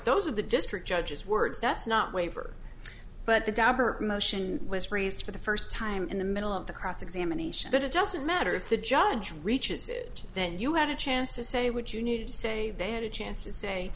those of the district judges words that's not waiver but the dabur motion was raised for the first time in the middle of the cross examination but it doesn't matter if the judge reaches it then you had a chance to say what you needed to say they had a chance to